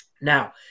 Now